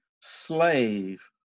slave